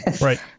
Right